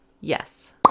yes